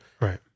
right